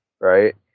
right